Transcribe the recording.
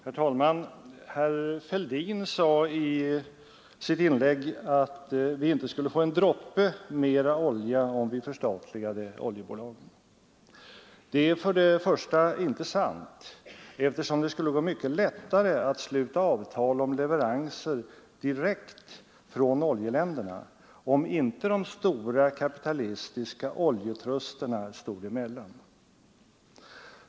Herr talman! Herr Fälldin sade i sitt inlägg att vi inte skulle få en droppe mer olja om vi förstatligade oljebolagen. För det första är det inte sant, eftersom det skulle gå mycket lättare att sluta avtal om leveranser direkt från oljeländerna, om inte de stora kapitalistiska oljetrusterna stod emellan.